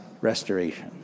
Restoration